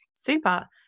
Super